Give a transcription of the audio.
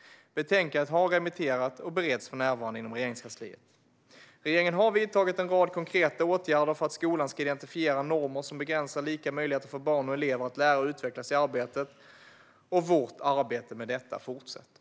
Betänkandet har remitterats och bereds för närvarande inom Regeringskansliet. Regeringen har vidtagit en rad konkreta åtgärder för att skolan ska identifiera normer som begränsar lika möjligheter för barn och elever att lära och utvecklas i skolan. Vårt arbete med detta fortsätter.